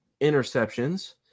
interceptions